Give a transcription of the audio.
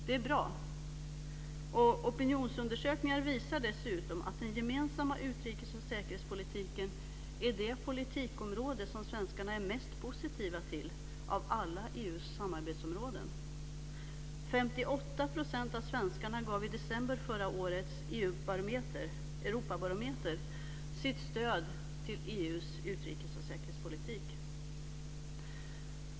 Det är bra, och opinionsundersökningar visar dessutom att den gemensamma utrikes och säkerhetspolitiken är det politikområde som svenskarna är mest positiva till av alla EU:s samarbetsområden. 58 % av svenskarna gav i december i förra årets Europabarometer sitt stöd till EU:s utrikes och säkerhetspolitik.